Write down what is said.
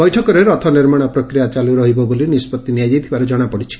ବୈଠକରେ ରଥ ନିର୍ମାଣ ପ୍ରକ୍ରିୟା ଚାଲୁ ରହିବ ବୋଲି ନିଷ୍ବଉି ନିଆଯାଇଥିବା ଜଣାପଡିଛି